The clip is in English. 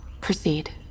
Proceed